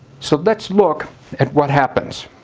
so let's look at what happens.